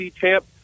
champ